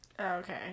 Okay